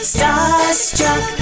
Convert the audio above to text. Starstruck